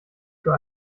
für